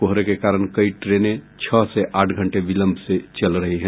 कोहरे के कारण कई ट्रेनें छह से आठ घंटे विलंब से चल रही हैं